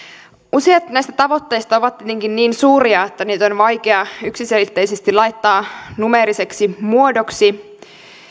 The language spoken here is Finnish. useat näistä tavoitteista ovat kuitenkin niin suuria että niitä on vaikea yksiselitteisesti laittaa numeeriseksi muodoksi